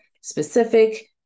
Specific